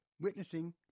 witnessing